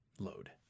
load